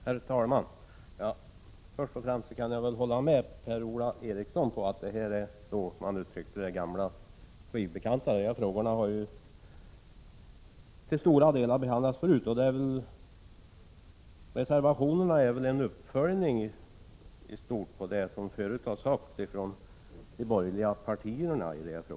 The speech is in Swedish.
Herr talman! Till att börja med kan jag hålla med Per-Ola Eriksson om att det här är — som han uttryckte det — gamla skivbekanta. Dessa frågor har till stora delar behandlats förut, och reservationerna kan sägas vara en uppföljning av det som tidigare har sagts från de borgerliga partiernas representanter.